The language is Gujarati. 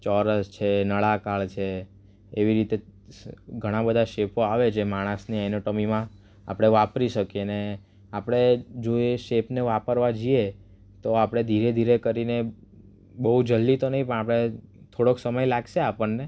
ચોરસ છે નળાકાર છે એવી રીતે ઘણા બધા શેપો આવે જે માણસની એનાટમીમાં આપણે વાપરી શકીએ ને આપણે જો એ શેપને વાપરવા જઈએ તો આપળે ધીરે ધીરે કરીને બહું જલ્દી તો નહીં પણ આપણે થોડોક સમય લાગશે આપણને